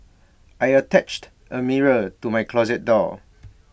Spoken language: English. I attached A mirror to my closet door